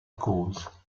cause